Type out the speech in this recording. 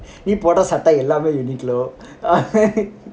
நீ போட சட்டம் எல்லாமே இனிக்கனும்:nee poda sattam ellame inikanum